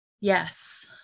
Yes